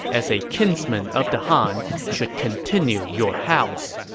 as a kinsman of the han, should continue your house.